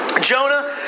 Jonah